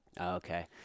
Okay